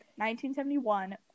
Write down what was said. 1971